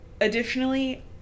additionally